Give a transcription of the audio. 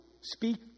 speak